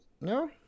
no